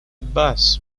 bus